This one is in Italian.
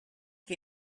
che